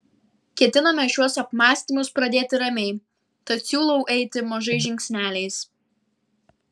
ketiname šiuos apmąstymus pradėti ramiai tad siūlau eiti mažais žingsneliais